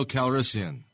Calrissian